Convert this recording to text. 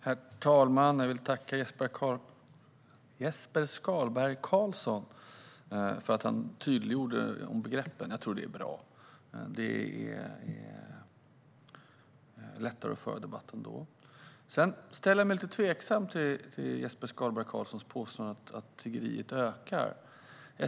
Herr talman! Jag vill tacka Jesper Skalberg Karlsson för att han tydliggjorde begreppet. Jag tror att det är bra, och det gör det lättare att föra debatten. Jag ställer mig lite tveksam till Jesper Skalberg Karlssons påstående att tiggeriet ökar.